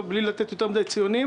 בלי לתת יותר מדי ציונים,